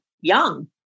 young